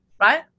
Right